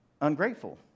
ungrateful